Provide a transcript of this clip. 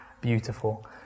Beautiful